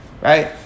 right